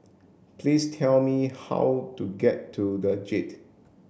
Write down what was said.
please tell me how to get to The Jade